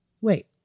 Wait